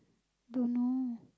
don't know